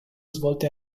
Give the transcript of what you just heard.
svolte